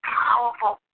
powerful